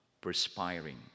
perspiring